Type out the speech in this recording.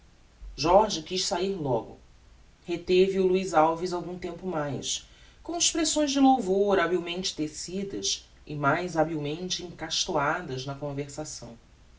jorge quiz sair logo reteve o luiz alves algum tempo mais com expressões de louvor habilmente tecidas e mais habilmente encastoadas na conversação